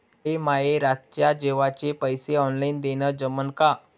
मले माये रातच्या जेवाचे पैसे ऑनलाईन देणं जमन का?